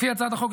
לפי הצעת החוק,